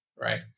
right